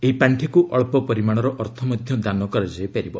ଏହି ପାର୍ଷିକୁ ଅକ୍ଷ ପରିମାଣର ଅର୍ଥ ମଧ୍ୟ ଦାନ କରାଯାଇପାରିବ